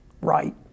right